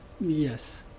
yes